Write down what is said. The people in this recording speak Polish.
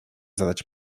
zadać